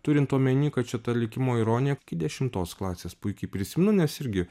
turint omeny kad čia ta likimo ironija iki dešimtos klasės puikiai prisimenu nes irgi